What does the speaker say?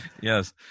Yes